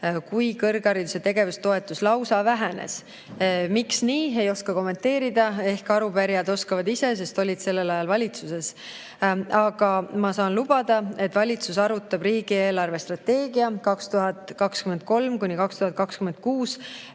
kui kõrghariduse tegevustoetus lausa vähenes. Miks nii? Ei oska kommenteerida, ehk arupärijad oskavad ise, sest olid sel ajal valitsuses. Aga ma saan lubada, et valitsus arutab riigi eelarvestrateegia 2023–2026